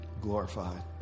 glorified